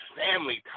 family